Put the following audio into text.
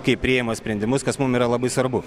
kai priima sprendimus kas mum yra labai svarbu